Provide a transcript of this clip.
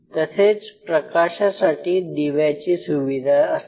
तसेच प्रकाशासाठी दिव्याची सुविधा असते